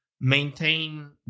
maintain